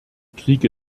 kriege